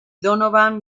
donovan